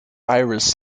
iris